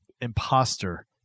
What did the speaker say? imposter